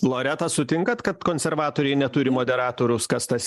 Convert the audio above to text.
loreta sutinkat kad konservatoriai neturi moderatoriaus kas tas